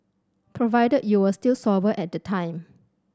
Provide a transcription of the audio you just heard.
provided you were still sober at the time